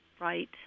right